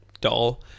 dull